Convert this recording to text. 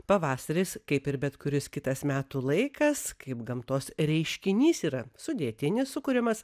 pavasaris kaip ir bet kuris kitas metų laikas kaip gamtos reiškinys yra sudėtinis sukuriamas